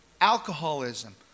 alcoholism